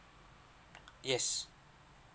yes